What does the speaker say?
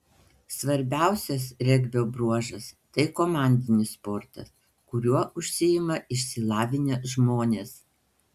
svarbiausias regbio bruožas tai komandinis sportas kuriuo užsiima išsilavinę žmonės